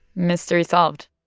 mystery solved.